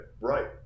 Right